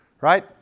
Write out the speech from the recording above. right